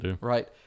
Right